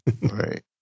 right